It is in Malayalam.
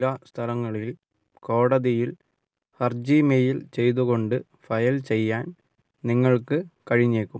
ചില സ്ഥലങ്ങളിൽ കോടതിയിൽ ഹർജി മെയിൽ ചെയ്തുകൊണ്ട് ഫയൽ ചെയ്യാൻ നിങ്ങൾക്ക് കഴിഞ്ഞേക്കും